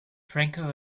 franco